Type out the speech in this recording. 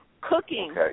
Cooking